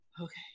Okay